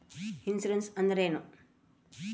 Insurance ಅಂದ್ರೇನು?